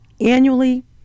annually